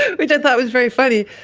which i thought was very funny,